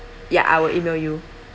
ya I will email you